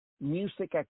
Music